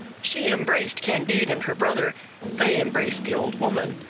she embraced candide and her brother they embraced the old woman,